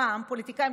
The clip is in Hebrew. פעם פוליטיקאים,